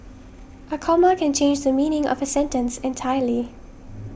a comma can change the meaning of a sentence entirely